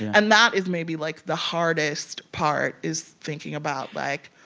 and that is maybe, like, the hardest part is thinking about, like,